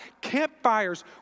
campfires